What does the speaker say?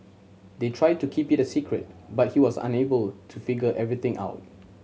they tried to keep it secret but he was unable to figure everything out